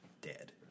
dead